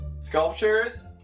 sculptures